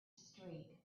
streak